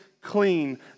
clean